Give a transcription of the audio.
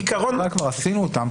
עשינו אותן.